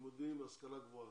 לימודים, השכלה גבוהה.